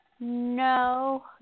no